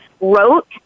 wrote